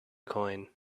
coin